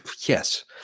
Yes